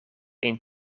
een